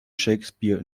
shakespeare